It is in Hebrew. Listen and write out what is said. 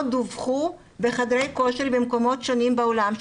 דווחו בחדרי כושר במקומות שונים בעולם,